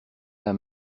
d’un